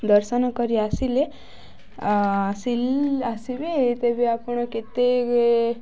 ଦର୍ଶନ କରି ଆସିଲେ ଆସିବେ ତେବେ ଆପଣ କେତେ